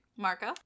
Marco